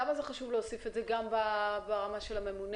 למה זה חשוב להוסיף את זה גם ברמה של הממונה?